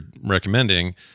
recommending